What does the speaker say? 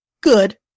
good